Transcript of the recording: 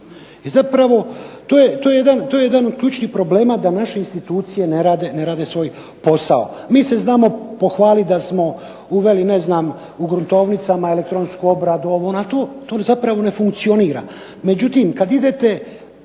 godina, i to je jedan od ključnih problema da naše institucije ne rade svoj posao. MI se znamo pohvaliti da smo uveli ne znam u gruntovnicama elektronsku obradu itd., to uopće ne funkcionira, međutim, kada idete